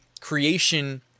creation